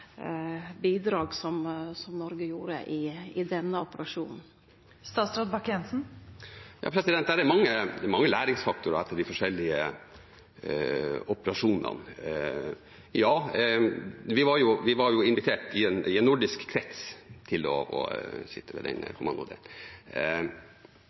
bidrag som Noreg gjorde i denne operasjonen? Det er mange læringsfaktorer etter de forskjellige operasjonene. Vi var invitert i en nordisk krets til å sitte ved den